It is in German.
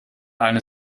eine